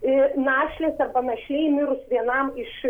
ir našlės arba našliai mirus vienam iš